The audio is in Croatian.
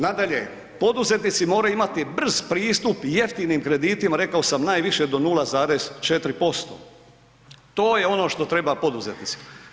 Nadalje, poduzetnici moraju imati brz pristup jeftinim kreditima, rekao sam najviše do 0,4%, to je ono što treba poduzetnicima.